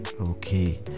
Okay